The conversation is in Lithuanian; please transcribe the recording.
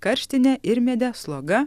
karštinė irmedė sloga